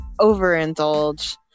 overindulge